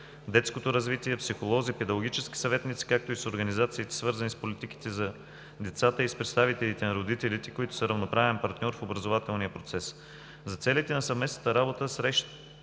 детското развитие, психолози, педагогически съветници, както и с организациите, свързани с политиките за децата и с представителите на родителите, които са равноправен партньор в образователния процес. За целите на съвместната работа, срещите